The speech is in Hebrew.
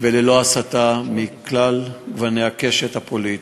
וללא הסתה מכלל גוני הקשת הפוליטית.